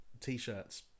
t-shirts